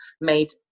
made